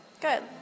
Good